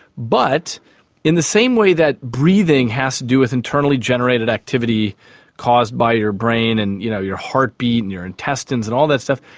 but in the same way that breathing has to do with internally generated activity caused by your brain and you know your heartbeat and your intestines and all that stuff,